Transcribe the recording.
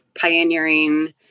pioneering